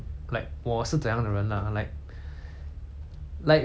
like 你看我外表 hor 好像很凶这样 hor but actually 我是那种